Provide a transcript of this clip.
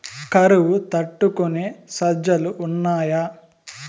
కరువు తట్టుకునే సజ్జలు ఉన్నాయా